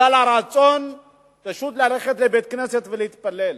בגלל הרצון פשוט ללכת לבית-כנסת ולהתפלל.